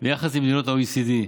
ביחס למדינות ה-OECD,